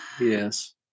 yes